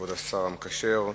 כבוד השר המקשר,